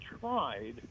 tried